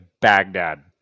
Baghdad